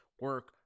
Work